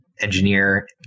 engineer